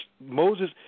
Moses